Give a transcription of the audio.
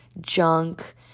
junk